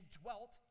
dwelt